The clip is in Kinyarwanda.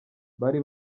bari